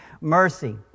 Mercy